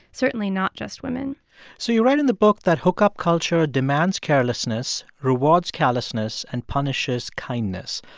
certainly not just women so you write in the book that hookup culture demands carelessness, rewards callousness and punishes kindness.